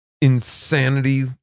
insanity